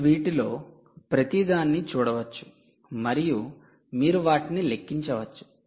మీరు వీటిలో ప్రతిదాన్ని చూడవచ్చు మరియు మీరు వాటిని లెక్కించవచ్చు